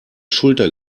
schulter